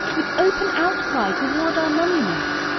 with open outcry, toward our monument.